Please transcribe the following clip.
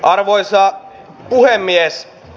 arvoisa puhemies